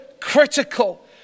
critical